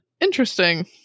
interesting